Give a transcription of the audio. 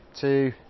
two